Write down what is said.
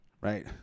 Right